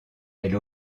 elle